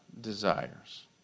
desires